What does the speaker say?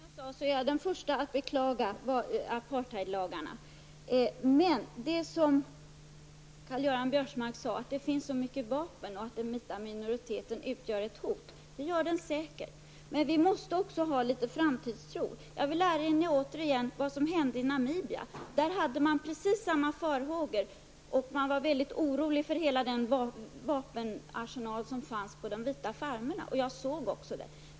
Fru talman! Som jag sade är jag den förste att beklaga apartheidlagarna. Men Karl-Göran Biörsmark sade att det finns så många vapen och att den vita minoriteten utgör ett hot. Det gör den säkert. Men vi måste också ha litet framtidstro. Jag vill återigen erinra om vad som hände i Namibia. Där hade man precis samma farhågor, och man var mycket orolig för den vapenarsenal som fanns på de vita farmerna, vilken jag själv såg.